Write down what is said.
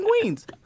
Queens